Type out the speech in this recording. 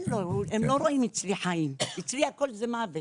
הם לא רואים אצלי חיים, אצלי הכול זה מוות.